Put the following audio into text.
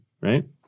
right